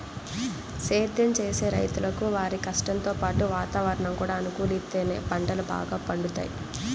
సేద్దెం చేసే రైతులకు వారి కష్టంతో పాటు వాతావరణం కూడా అనుకూలిత్తేనే పంటలు బాగా పండుతయ్